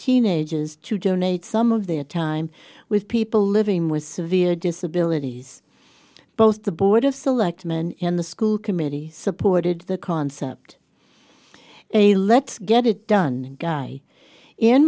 teenagers to donate some of their time with people living with severe disabilities both the board of selectmen in the school committee supported the concept a let's get it done guy